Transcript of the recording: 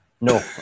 No